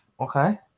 okay